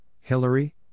Hillary